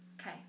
okay